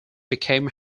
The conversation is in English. became